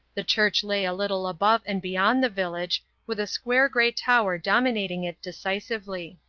the church lay a little above and beyond the village, with a square grey tower dominating it decisively.